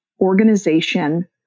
organization